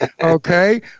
Okay